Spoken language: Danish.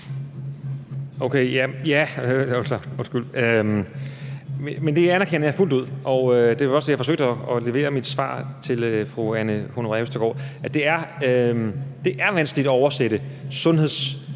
Det anerkender jeg fuldt ud. Det var også det, jeg forsøgte at levere i mit svar til fru Anne Honoré Østergaard, nemlig at det er vanskeligt at oversætte sundhedsråd